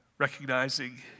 recognizing